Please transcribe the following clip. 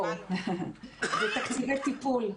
זה תקציבי טיפול,